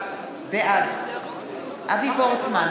בעד אבי וורצמן,